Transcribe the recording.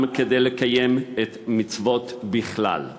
גם כדי לקיים מצוות בכלל.